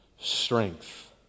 strength